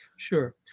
Sure